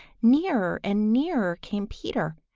nearer and nearer came peter.